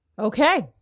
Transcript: Okay